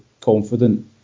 confident